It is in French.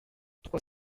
trois